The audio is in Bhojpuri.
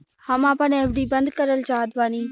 हम आपन एफ.डी बंद करल चाहत बानी